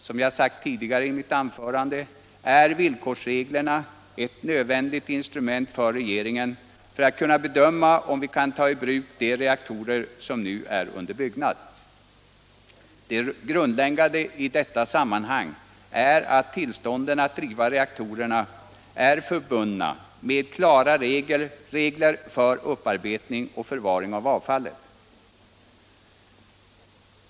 Som jag sagt tidigare i mitt anförande är villkorsreglerna ett nödvändigt 7 instrument för regeringen för att kunna bedöma om vi kan ta i bruk de reaktorer som nu är under byggnad. Det grundläggande i detta sammanhang är att tillstånden att driva reaktorerna är förbundna med klara regler för upparbetning och förvaring av avfallet.